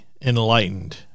enlightened